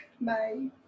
bye